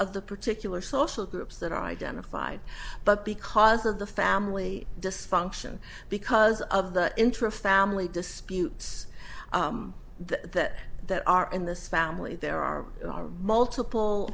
of the particular social groups that are identified but because of the family dysfunction because of the intro family disputes that that are in this family there are multiple